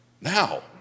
now